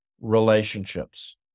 relationships